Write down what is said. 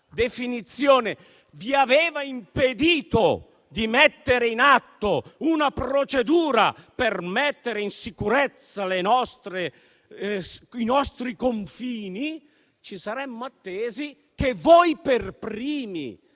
definizione, vi aveva impedito di mettere in atto una procedura per mettere in sicurezza i nostri confini, che voi per primi